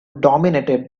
dominated